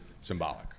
symbolic